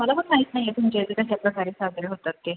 मला पण माहीत नाही आहे तुमच्या इथे कशाप्रकारे साजरे होतात ते